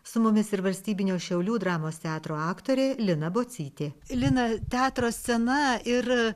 su mumis ir valstybinio šiaulių dramos teatro aktorė lina bocytė lina teatro scena ir